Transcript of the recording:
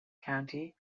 county